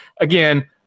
Again